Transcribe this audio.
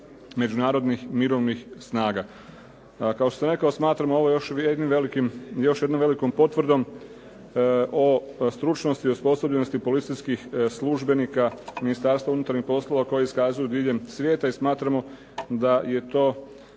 međunarodnih mirovnih snaga. Kao što sam rekao smatram ovo još jednom velikom potvrdom o stručnosti, osposobljenosti policijskih službenika Ministarstva unutarnjih poslova koje iskazuju diljem svijeta i smatramo da je to